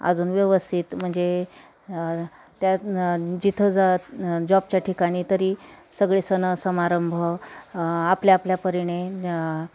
अजून व्यवस्थित म्हणजे त्या जिथं ज जॉबच्या ठिकाणी तरी सगळे सण समारंभ आपल्या आपल्या परीने